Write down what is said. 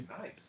nice